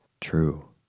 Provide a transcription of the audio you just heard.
True